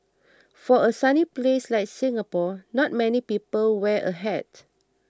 for a sunny place like Singapore not many people wear a hat